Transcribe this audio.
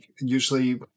Usually